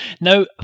Now